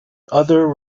other